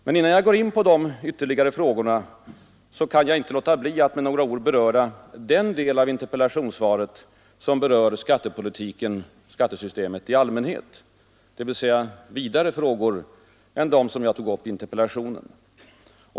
Men innan jag går in på dem kan jag inte underlåta att med några ord beröra den del av interpellationssvaret som gäller skattesystemet i allmänhet, dvs. betydligt vidare frågor än dem som jag tog upp i interpellationen.